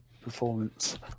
performance